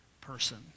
person